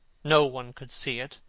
no one could see it.